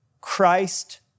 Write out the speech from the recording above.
Christ